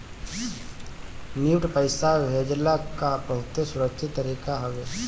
NEFT पईसा भेजला कअ बहुते सुरक्षित तरीका हवे